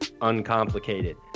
uncomplicated